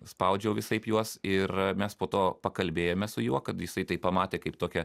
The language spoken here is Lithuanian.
spaudžiau visaip juos ir mes po to pakalbėjome su juo kad jisai tai pamatė kaip tokią